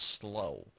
slow